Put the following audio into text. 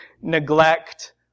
neglect